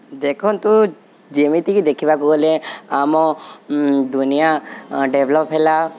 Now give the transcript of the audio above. ଦେଖନ୍ତୁ ଯେମିତିକି ଦେଖିବାକୁ ଗଲେ ଆମ ଦୁନିଆ ଡେଭ୍ଲପ୍ ହେଲା